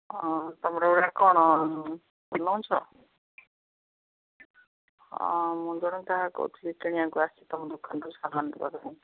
ହଁ ତମର ଏଇଟା କ'ଣ ଲଞ୍ଚ ହଁ କିଣିବାକୁ ଆସିଛି ତମ ଦୋକାନକୁ